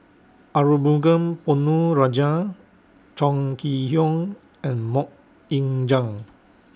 Arumugam Ponnu Rajah Chong Kee Hiong and Mok Ying Jang